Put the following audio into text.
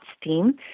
steam